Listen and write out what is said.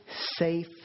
safe